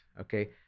okay